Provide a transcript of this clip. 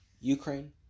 Ukraine